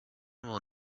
will